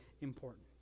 important